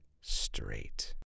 straight